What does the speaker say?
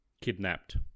kidnapped